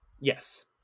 Yes